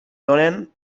donen